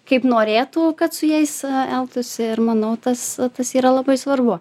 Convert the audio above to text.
kaip norėtų kad su jais elgtųsi ir manau tas tas yra labai svarbu